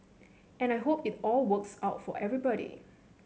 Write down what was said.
and I hope it all works out for everybody